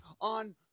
on